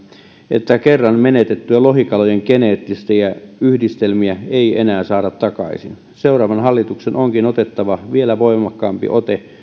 että kerran menetettyjä lohikalojen geneettisiä yhdistelmiä ei enää saada takaisin seuraavan hallituksen onkin otettava vielä voimakkaampi ote